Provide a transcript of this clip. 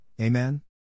Amen